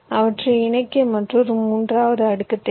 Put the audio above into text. அவற்றை இணைக்க மற்றொரு மூன்றாவது அடுக்கு தேவை